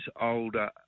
older